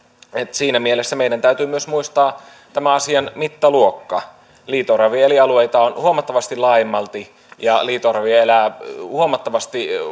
siinä mielessä meidän täytyy myös muistaa tämän asian mittaluokka liito oravien elinalueita on huomattavasti laajemmalti ja liito oravia elää huomattavasti